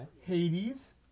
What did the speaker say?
Hades